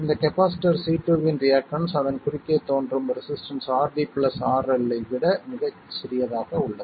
இந்த capacitor C2 இன் reactance அதன் குறுக்கே தோன்றும் ரெசிஸ்டன்ஸ் RD RL ஐ விட மிகச் சிறியதாக உள்ளது